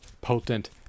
potent